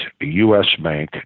usbank